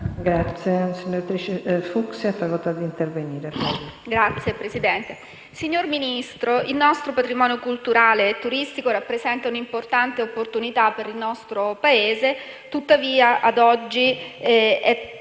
Presidente, signor Ministro, il nostro patrimonio culturale e turistico rappresenta un'importante opportunità per il nostro Paese. Tuttavia ad oggi in parte